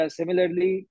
similarly